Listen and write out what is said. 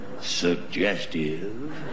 suggestive